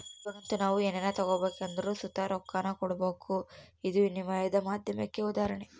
ಇವಾಗಂತೂ ನಾವು ಏನನ ತಗಬೇಕೆಂದರು ಸುತ ರೊಕ್ಕಾನ ಕೊಡಬಕು, ಇದು ವಿನಿಮಯದ ಮಾಧ್ಯಮುಕ್ಕ ಉದಾಹರಣೆ